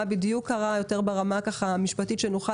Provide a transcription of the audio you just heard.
מה בדיוק קרה יותר ברמה המשפטית כדי שנוכל